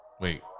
Wait